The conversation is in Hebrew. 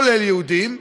כולל יהודים.